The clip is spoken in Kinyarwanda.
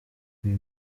uyu